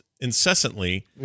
incessantly